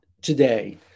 today